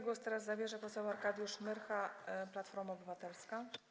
Głos teraz zabierze poseł Arkadiusz Myrcha, Platforma Obywatelska.